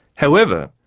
however,